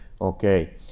Okay